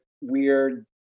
weird